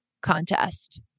contest